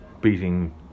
beating